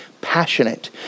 passionate